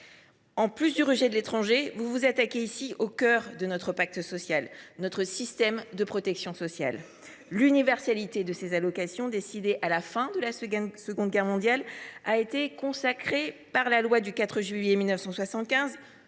le rejet de l’étranger, vous vous attaquez au cœur de notre pacte social, à savoir notre système de protection sociale. L’universalité des prestations, décidée à la fin de la Seconde Guerre mondiale, a été consacrée par la loi du 4 juillet 1975